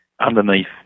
underneath